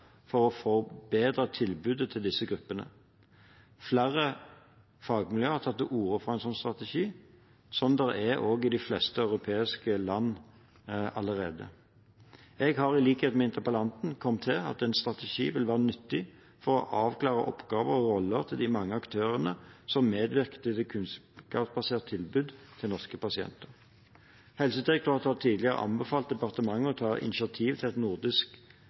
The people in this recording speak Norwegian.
for å forbedre tilbudet til disse gruppene. Flere fagmiljøer har tatt til orde for en slik strategi, som det er i de fleste europeiske land allerede. Jeg har i likhet med interpellanten kommet til at en strategi vil være nyttig for å avklare oppgaver og roller til de mange aktørene som medvirker til et kunnskapsbasert tilbud til norske pasienter. Helsedirektoratet har tidligere anbefalt departementet å ta initiativ til et